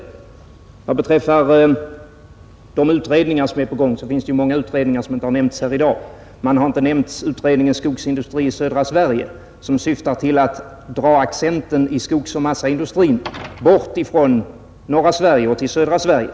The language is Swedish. Vad beträffar de utredningar som pågår vill jag säga att det finns många utredningar som inte har nämnts här i dag. Man har inte nämnt utredningen om skogsindustrin i södra Sverige, som syftar till att dra accenten i skogsoch massaindustrin bort från norra Sverige till södra Sverige.